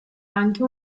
anche